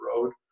road